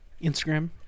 Instagram